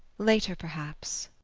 later, perhaps.